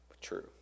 True